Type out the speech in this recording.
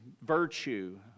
virtue